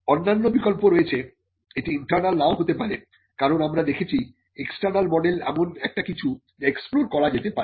অন্যান্য বিকল্প রয়েছে এটি ইন্টার্নাল নাও হতে পারে কারণ আমরা দেখেছি এক্সটার্নাল মডেল এমন একটা কিছু যা এক্সপ্লোর করা যেতে পারে